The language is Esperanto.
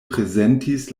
prezentis